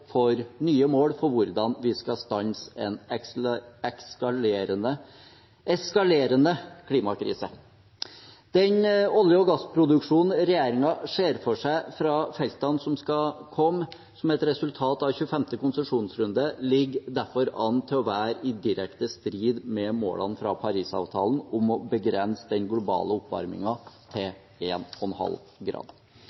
for hvordan vi skal stanse en eskalerende klimakrise. Den olje- og gassproduksjonen regjeringen ser for seg fra feltene som skal komme som et resultat av 25. konsesjonsrunde, ligger derfor an til å være i direkte strid med målene fra Parisavtalen om å begrense den globale oppvarmingen til